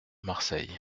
marseille